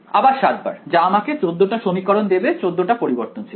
আবার 7 বার যা আমাকে 14 টা সমীকরণ দেবে 14 টা পরিবর্তনশীল এ